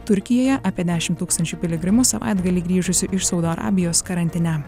turkijoje apie dešimt tūkstančių piligrimų savaitgalį grįžusių iš saudo arabijos karantine